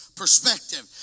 perspective